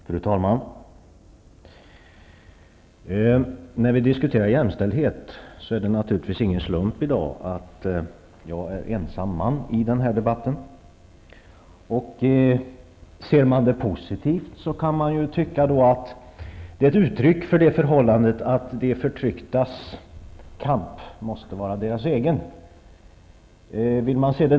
Fru talman! När vi i dag diskuterar jämställdhet är det naturligtvis ingen slump att jag är ensam man i debatten. Positivt sett kan detta kanske betraktas som ett uttryck för att de förtrycktas kamp måste vara deras egen.